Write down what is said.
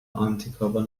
antikörper